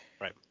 Right